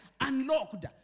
Unlocked